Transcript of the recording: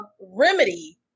remedy